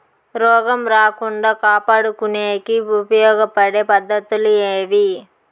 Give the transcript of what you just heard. రోగం రాకుండా కాపాడుకునేకి ఉపయోగపడే పద్ధతులు ఏవి?